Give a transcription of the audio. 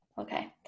Okay